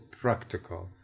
practical